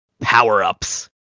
Power-ups